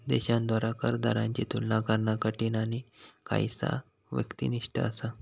देशांद्वारा कर दरांची तुलना करणा कठीण आणि काहीसा व्यक्तिनिष्ठ असा